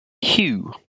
Hugh